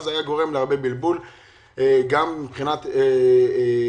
זה היה גורם להרבה בלבול גם מבחינת פרויקטים,